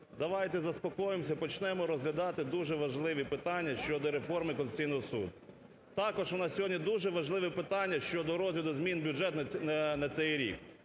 давайте заспокоїмось і почнемо розглядати дуже важливі питання щодо реформи Конституційного Суду, також у нас сьогодні дуже важливі питання щодо розгляд змін до бюджету на цей рік.